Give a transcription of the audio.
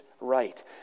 right